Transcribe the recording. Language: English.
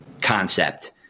concept